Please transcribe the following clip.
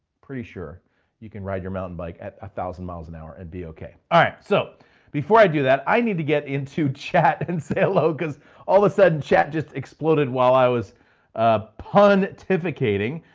pretty sure you can ride your mountain bike at a thousand miles an hour and be okay. all right, so before i do that, i need to get into chat and say hello cause all of a sudden chat just exploded while i was puntificating.